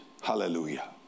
Hallelujah